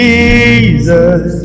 Jesus